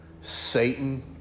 Satan